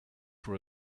for